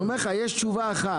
אז אני אומר, יש תשובה אחת.